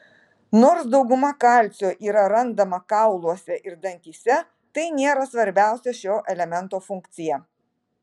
nors dauguma kalcio yra randama kauluose ir dantyse tai nėra svarbiausia šio elemento funkcija